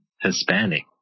Hispanic